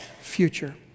future